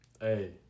Hey